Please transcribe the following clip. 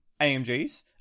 AMGs